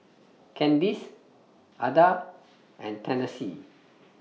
Candyce Adah and Tennessee